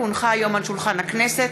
כי הונחה היום על שולחן הכנסת,